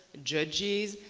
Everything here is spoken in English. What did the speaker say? judges.